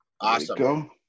Awesome